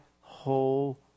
whole